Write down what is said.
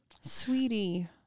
sweetie